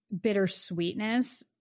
bittersweetness